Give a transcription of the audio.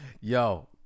Yo